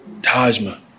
Tajma